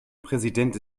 präsident